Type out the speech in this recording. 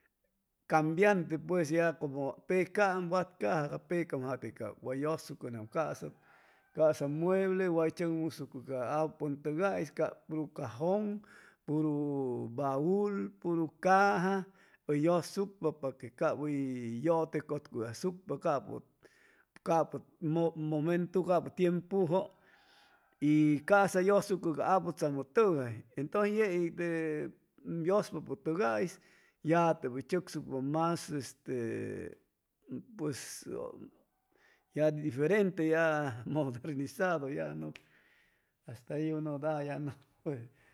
Cambiante pues ya como pacaam watcaja ca pecam jate wa yʉsucʉnam casap casap mueble way chʉcmusucʉ ca apupʉntʉgais cap puru cajon, puru baul, puru caja hʉy yʉsucpa pa que cap hʉy yʉte cʉtcuy asucpa cap capʉ momentu capʉ tiempujʉ y ca'sa yʉsucʉ ca aputzamʉtʉgay entʉ yei te yʉspapʉtʉgais ya tep hʉy chʉcsucpam mas este pues ya difernte ya modernizadu